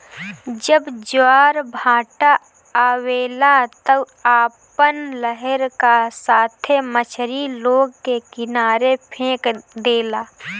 जब ज्वारभाटा आवेला त उ अपना लहर का साथे मछरी लोग के किनारे फेक देला